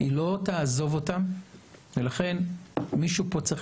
היא לא תעזוב אותם ולכן מישהו פה צריך